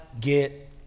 get